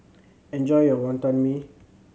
enjoy your Wonton Mee